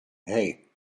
hey